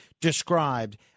described –